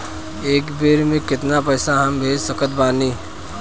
एक बेर मे केतना पैसा हम भेज सकत बानी?